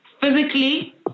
physically